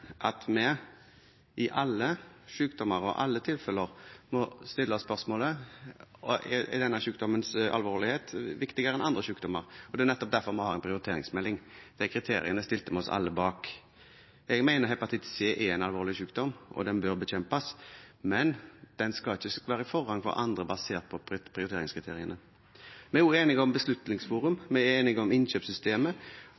at vi ved alle sykdommer og i alle tilfeller må stille spørsmålet: Er denne sykdommens alvorlighet viktigere enn ved andre sykdommer? Det er nettopp derfor vi har en prioriteringsmelding. De kriteriene stilte vi oss alle bak. Jeg mener at hepatitt C er en alvorlig sykdom, og den bør bekjempes, men den skal ikke ha forrang for andre, basert på prioriteringskriteriene. Vi er også enige om